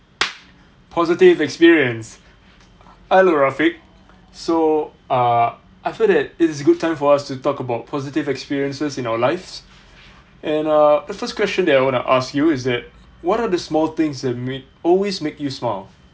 positive experience hello rafik so uh I feel that it is a good time for us to talk about positive experiences in our lives and uh the first question that I want to ask you is that what are the small things that always make you smile